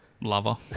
lover